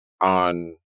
on